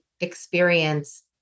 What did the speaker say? experience